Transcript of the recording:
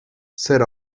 set